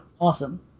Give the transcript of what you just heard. Awesome